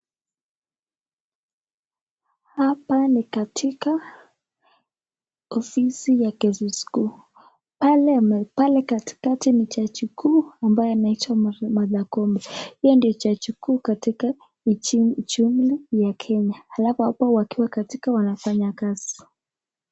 Hapa ni katika ofisi ya kesisku pale katikati ni jaji kuu ambaye anaitwa Martha Koome yeye ndo jaji mkuu katika nchini ya kenya alafa hapo wakiwa katika wanafanya kazi.